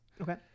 okay